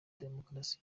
demokarasi